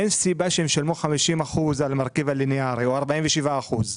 אין סיבה שהם ישלמו 50 אחוזים על מרכיב הלינארי או 47 אחוזים.